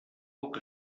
poc